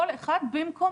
כל אחד במקומו.